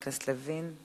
בבקשה, חבר הכנסת לוין.